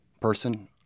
person